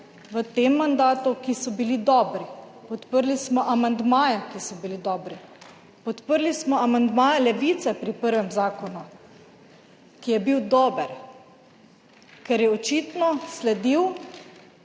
v tem mandatu, ki so bili dobri, podprli smo amandmaje, ki so bili dobri, podprli smo amandma Levice pri prvem zakonu, ki je bil dober, ker je očitno sledil